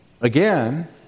Again